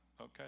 Okay